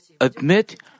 Admit